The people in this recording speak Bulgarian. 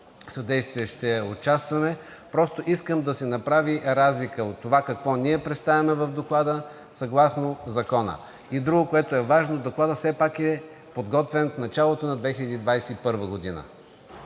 съдействие, ще участваме. Просто искам да се направи разлика от това, какво ние представяме в Доклада съгласно Закона. И друго, което е важно – Докладът все пак е подготвен в началото на 2021 г.